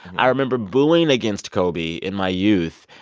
i remember booing against kobe in my youth.